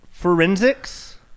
Forensics